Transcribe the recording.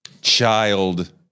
child